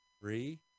Three